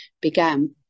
began